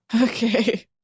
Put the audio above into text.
Okay